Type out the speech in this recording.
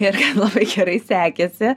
ir labai gerai sekėsi